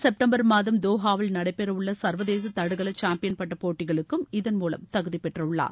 September மாதம் தோஹாவில் நடைபெறவுள்ள சா்வதேச தடகள சாம்பியன் பட்ட வரும் போட்டிகளுக்கும் இதன் மூலம் தகுதி பெற்றுள்ளார்